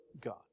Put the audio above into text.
God